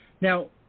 Now